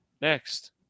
next